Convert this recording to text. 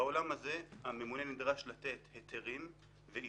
בעולם הזה הממונה נדרש לתת היתרים ואישורים,